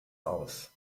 aus